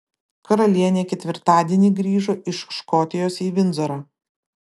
karalienė ketvirtadienį grįžo iš škotijos į vindzorą